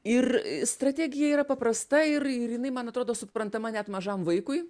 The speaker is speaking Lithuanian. ir strategija yra paprasta ir ir jinai man atrodo suprantama net mažam vaikui